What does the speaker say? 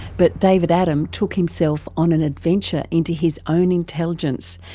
but david adam took himself on an adventure into his own intelligence,